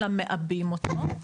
אלא מעבים אותו.